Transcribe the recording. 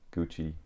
Gucci